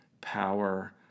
power